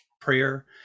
prayer